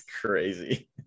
crazy